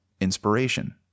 inspiration